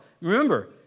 Remember